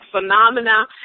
phenomena